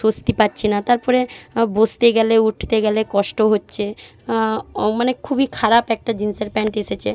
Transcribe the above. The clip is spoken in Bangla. স্বস্তি পাচ্ছি না তারপরে বসতে গেলে উঠতে গেলে কষ্ট হচ্ছে মানে খুবই খারাপ একটা জিন্সের প্যান্ট এসেছে